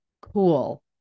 Cool